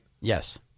Yes